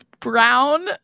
brown